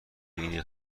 این